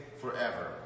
forever